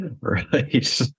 right